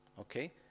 Okay